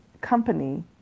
company